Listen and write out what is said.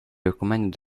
recommended